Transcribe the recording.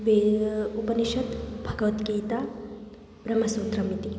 वे उपनिषद् भगवद्गीता ब्रह्मसूत्रमिति